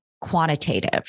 quantitative